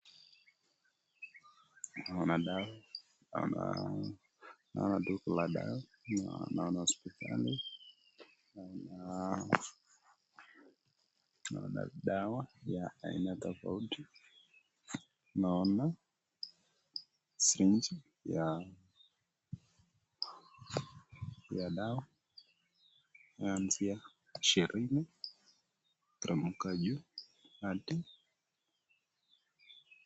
Naona dawa, naona duka la dawa, naona hospitali. Na naona, naona dawa ya aina tofauti. Naona, sindano ya, ya dawa. Kuanzia ishirini, mpaka juu hadi